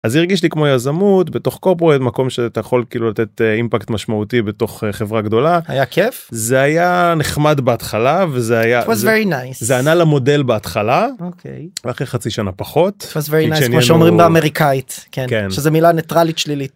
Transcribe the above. אז הרגיש לי כמו יזמות בתוך קופרורייט מקום שאתה יכול כאילו לתת אימפקט משמעותי בתוך חברה גדולה. היה כיף? זה היה נחמד בהתחלה וזה היה זה ענה למודל בהתחלה אחרי חצי שנה פחות אמריקאית. It was very nice כמו שאומרים באמריקאית מילה נייטרלית שלילית.